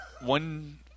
one